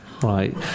Right